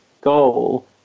goal